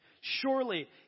Surely